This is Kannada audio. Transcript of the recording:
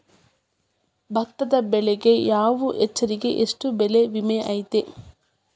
ಭತ್ತದ ಬೆಳಿಗೆ ಒಂದು ಎಕರೆಗೆ ಎಷ್ಟ ಬೆಳೆ ವಿಮೆ ಐತಿ?